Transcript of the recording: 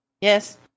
Yes